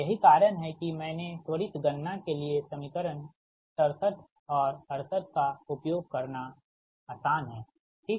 यही कारण है कि मैंने त्वरित गणना के लिए समीकरण 67 और 68 का उपयोग करना आसान हैठीक